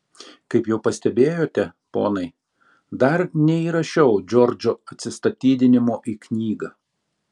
kaip jau pastebėjote ponai dar neįrašiau džordžo atsistatydinimo į knygą